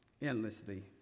endlessly